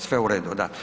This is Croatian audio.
Sve u redu, da.